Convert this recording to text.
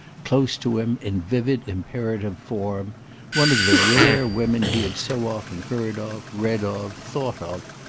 close to him, in vivid imperative form one of the rare women he had so often heard of, read of, thought of,